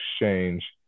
exchange